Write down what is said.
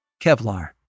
Kevlar